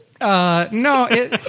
No